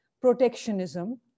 protectionism